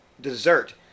dessert